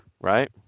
Right